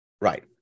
Right